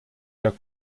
der